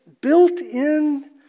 built-in